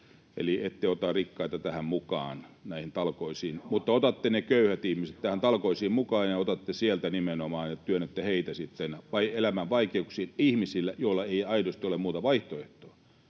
Eli ette ota rikkaita mukaan näihin talkoisiin, [Miko Bergbom: He ovat jo!] mutta otatte ne köyhät ihmiset näihin talkoisiin mukaan, otatte sieltä nimenomaan ja työnnätte heitä elämän vaikeuksiin, ihmisiä, joilla ei aidosti ole muuta vaihtoehtoa.